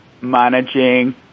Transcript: managing